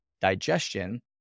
digestion